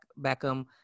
Beckham